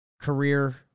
Career